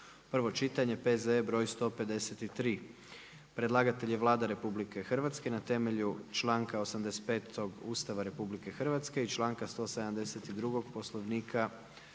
prvo čitanje, P.Z.E. br. 153; Predlagatelj je Vlada RH na temelju članka 85. Ustava Republike Hrvatske i članka 172. Poslovnika Hrvatskoga